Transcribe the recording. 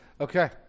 Okay